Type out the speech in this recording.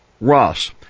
Ross